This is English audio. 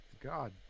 God